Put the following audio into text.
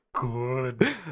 Good